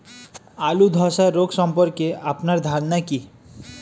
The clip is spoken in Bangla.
আলু ধ্বসা রোগ সম্পর্কে আপনার ধারনা কী?